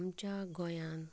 आमच्या गोंयांत